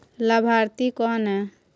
लाभार्थी कौन है?